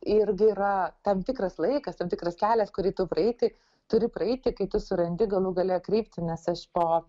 irgi yra tam tikras laikas tam tikras kelias kurį tu praeiti turi praeiti kai tu surandi galų gale kryptį nes aš po